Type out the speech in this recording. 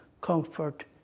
comfort